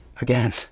Again